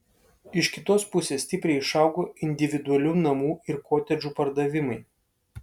iš kitos pusės stipriai išaugo individualių namų ir kotedžų pardavimai